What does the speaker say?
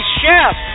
chef